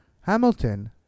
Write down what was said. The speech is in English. hamilton